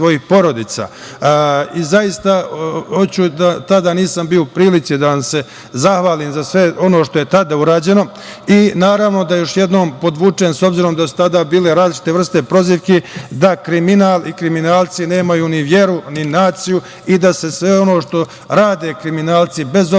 i svojih porodica. Tada nisam bio u prilici da vam se zahvalim za sve ono što je tada urađeno i, naravno, da još jednom podvučem, s obzirom da su tada bile različite vrste prozivki, da kriminal i kriminalci nemaju ni veru, ni naciju, i da se sve ono što rade kriminalci, bez obzira